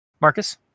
Marcus